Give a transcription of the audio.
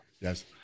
yes